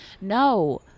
no